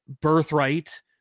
Birthright